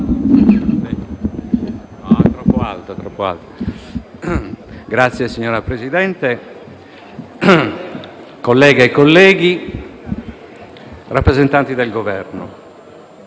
*(M5S)*. Signor Presidente, colleghe e colleghi, rappresentanti del Governo,